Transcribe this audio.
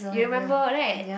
you remember right